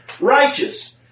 righteous